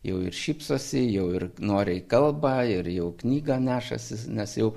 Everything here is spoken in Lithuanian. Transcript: jau ir šypsosi jau ir noriai kalba ir jau knygą nešasi nes jau